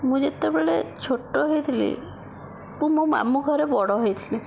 ମୁଁ ଯେତେବେଳେ ଛୋଟ ହୋଇଥିଲି ମୁଁ ମୋ ମାମୁଁଘରେ ବଡ଼ ହୋଇଥିଲି